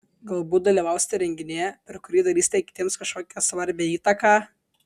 galbūt dalyvausite renginyje per kurį darysite kitiems kažkokią svarbią įtaką